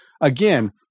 again